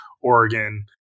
Oregon